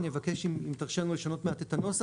אני אבקש אם תרשה לנו לשנות מעט את הנוסח,